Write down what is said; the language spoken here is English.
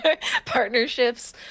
partnerships